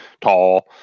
tall